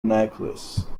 necklace